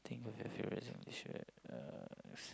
think of your favourite uh